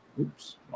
Oops